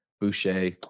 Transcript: Boucher